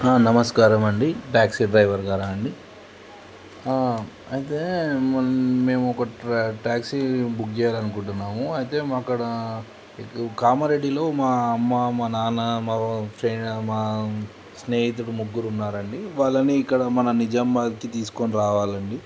నమస్కారమండి taxi driver గారా అండి అయితే మేము ఒక ట్రా ట్యాక్సీ బుక్ చేయాలని అనుకుంటున్నాము అయితే అక్కడ కామారెడ్డిలో మా అమ్మ మా నాన్న మా ఫ మా స్నేహితుడు ముగ్గురు ఉన్నారు అండి వాళ్ళని ఇక్కడ మన నిజామాబాద్కి తీసుకొని రావాలండి